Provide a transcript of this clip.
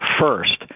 first